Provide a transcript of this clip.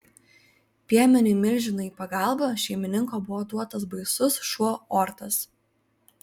piemeniui milžinui į pagalbą šeimininko buvo duotas baisus šuo ortas